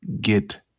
Get